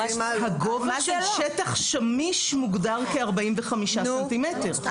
הגובה של שטח שמיש מוגדר כ-45 סנטימטרים.